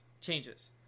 Changes